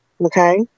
Okay